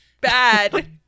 Bad